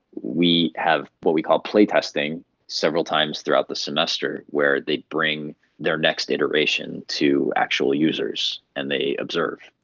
we have what we call play-testing several times throughout the semester where they bring their next iteration to actual users and they observe.